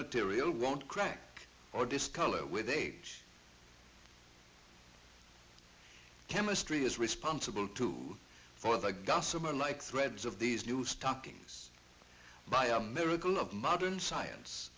material won't crack or discolor with age chemistry is responsible too for the government like threads of these new stockings by a miracle of modern science